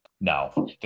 No